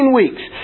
weeks